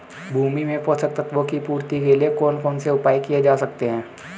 भूमि में पोषक तत्वों की पूर्ति के लिए कौन कौन से उपाय किए जा सकते हैं?